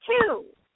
two